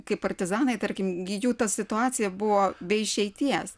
kaip partizanai tarkim gi jų ta situacija buvo be išeities